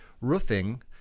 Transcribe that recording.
roofing